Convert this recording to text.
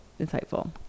insightful